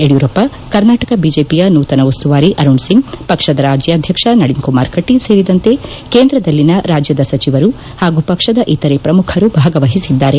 ಯಡಿಯೂರಪ್ಪ ಕರ್ನಾಟಕ ಬಿಜೆಪಿಯ ನೂತನ ಉಸ್ತುವಾರಿ ಆರುಣ್ ಸಿಂಗ್ ಪಕ್ಷದ ರಾಜ್ಯಾಧ್ಯಕ್ಷ ನಳನ್ಕುಮಾರ್ ಕಟೀಲ್ ಸೇರಿದಂತೆ ಕೇಂದ್ರದಲ್ಲಿನ ರಾಜ್ಯದ ಸಚಿವರು ಹಾಗೂ ಪಕ್ಷದ ಇತರೆ ಪ್ರಮುಖರು ಭಾಗವಹಿಸಿದ್ದಾರೆ